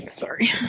Sorry